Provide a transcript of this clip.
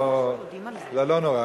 לא נורא.